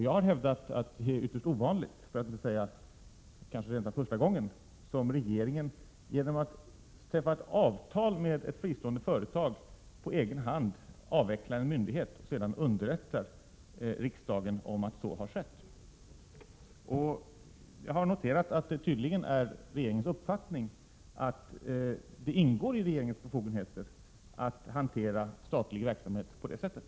Jag har hävdat att det är ytterst ovanligt — för att inte säga rent av första gången — som regeringen, genom att träffa avtal med ett fristående företag på egen hand avvecklar en myndighet och därefter underrättar 17 riksdagen om att så har skett. Jag har noterat att det tydligen är regeringens uppfattning att det ingår i regeringens befogenheter att hantera statlig verksamhet på det sättet.